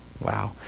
Wow